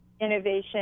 innovation